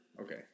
Okay